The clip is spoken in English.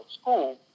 school